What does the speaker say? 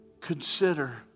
consider